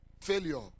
failure